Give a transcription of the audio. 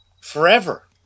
Forever